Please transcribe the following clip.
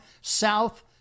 south